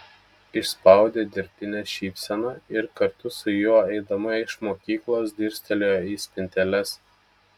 išspaudė dirbtinę šypseną ir kartu su juo eidama iš mokyklos dirstelėjo į spinteles